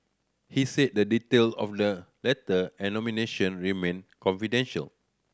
he said the detail of the letter and nomination remain confidential